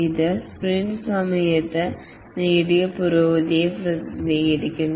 ഇത് സ്പ്രിന്റ് സമയത്ത് നേടിയ പുരോഗതിയെ പ്രതിനിധീകരിക്കുന്നു